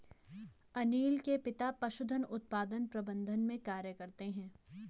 अनील के पिता पशुधन उत्पादन प्रबंधन में कार्य करते है